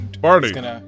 Barney